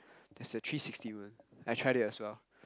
there's the three sixty [one] I tried it as well